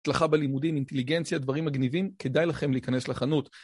הצלחה בלימודים, אינטליגנציה, דברים מגניבים, כדאי לכם להיכנס לחנות.